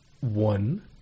One